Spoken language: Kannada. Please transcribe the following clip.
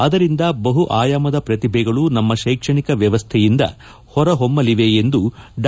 ಅದರಿಂದ ಬಹು ಆಯಾಮದ ಪ್ರತಿಭೆಗಳು ನಮ್ಮ ಶೈಕ್ಷಣಿಕ ವ್ಯವಸ್ಥೆಯಿಂದ ಹೊರಹೊಮ್ಮಲಿವೆ ಎಂದು ಡಾ